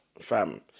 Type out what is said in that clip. Fam